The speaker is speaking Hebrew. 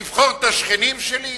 לבחור את השכנים שלי?